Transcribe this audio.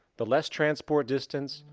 the less transport distance,